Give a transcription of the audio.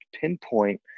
pinpoint